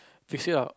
fix it up